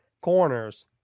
corners